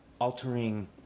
altering